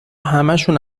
همشون